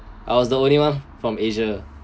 I was the only one from asia